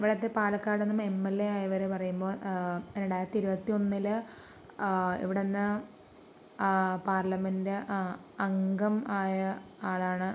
ഇവിടെത്തെ പാലക്കാട് എംഎൽഎ ആയവരെ പറയുമ്പോൾ രണ്ടായിരത്തി ഇരുപത്തി ഒന്നില് ഇവിടുന്ന് പാർലമെന്റ് അംഗം ആയ ആളാണ്